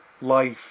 life